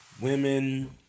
women